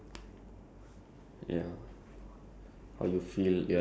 after it after that ya after at the end of that day